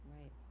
Right